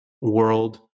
world